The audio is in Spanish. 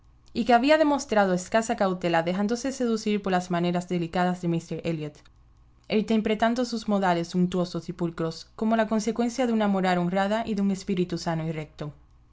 y que había demostrado escasa cautela dejándose seducir pollas maneras delicadas de míster elliot e interpretando sus modales untuosos y pulcros como a consecuencia de una moral honrada y de un espíritu sano y recto